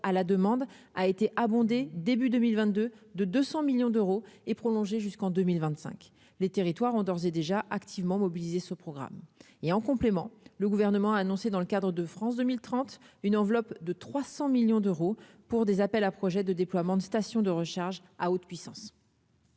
à la demande a été abondée début 2022 de 200 millions d'euros et prolongé jusqu'en 2025 les territoires ont d'ores et déjà activement mobilisées ce programme et en complément, le gouvernement a annoncé dans le cadre de France 2030, une enveloppe de 300 millions d'euros pour des appels à projets de déploiement de stations de recharge à haute puissance.